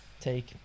take